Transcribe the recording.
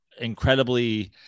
incredibly